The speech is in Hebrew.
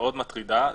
מאוד מטרידה.